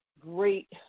great